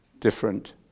different